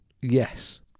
Yes